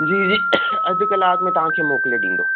जी जी अधु कलाक में तव्हांखे मोकिले ॾींदो